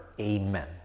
Amen